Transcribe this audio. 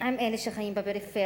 עם אלה החיים בפריפריה,